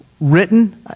written